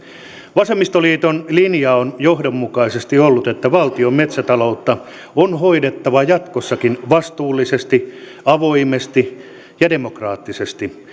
vasemmistoliiton linja on johdonmukaisesti ollut että valtion metsätaloutta on hoidettava jatkossakin vastuullisesti avoimesti ja demokraattisesti